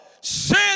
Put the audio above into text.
sin